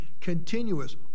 continuous